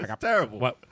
terrible